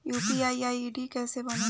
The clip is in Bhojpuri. यू.पी.आई आई.डी कैसे बनेला?